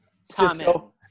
Cisco